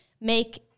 make